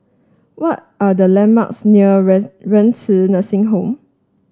what are the landmarks near Renci Nursing Home